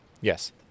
yes